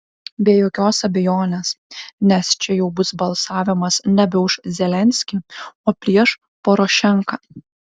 be jokios abejonės nes čia jau bus balsavimas nebe už zelenskį o prieš porošenką